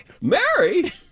Mary